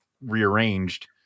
rearranged